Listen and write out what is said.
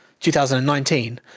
2019